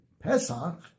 Pesach